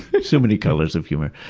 but so many colors of humor.